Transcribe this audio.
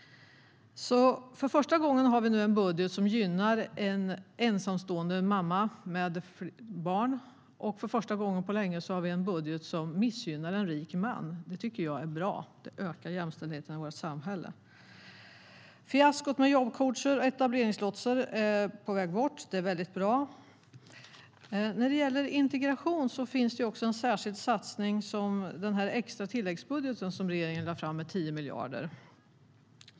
För första gången har vi nu en budget som gynnar en ensamstående mamma men som missgynnar en rik man. Det tycker jag är bra - det ökar jämställdheten i vårt samhälle. Fiaskot med jobbcoacher och etableringslotsar är på väg bort - det är väldigt bra. När det gäller integration finns det en särskild satsning i den extra tilläggsbudget som regeringen lagt fram. Det är 10 miljarder.